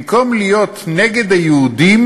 במקום להיות נגד היהודים,